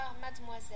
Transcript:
mademoiselle